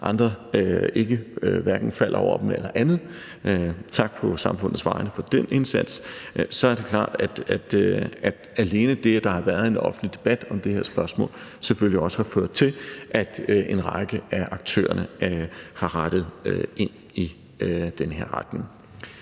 andre hverken falder over dem eller andet – tak på samfundets vegne for den indsats – er det klart, at alene det, at der har været en offentlig debat om det her spørgsmål, selvfølgelig også har ført til, at en række af aktørerne har rettet ind i den her retning.